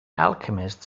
alchemist